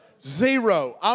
Zero